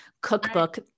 cookbook